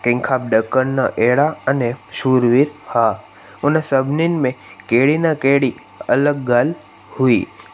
कंहिंखा बि ॾकनि न अहिड़ा अने शूरवीर हां उन सभिनीनि में कहिड़ी न कहिड़ी अलॻि ॻाल्हि हुई